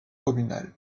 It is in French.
communal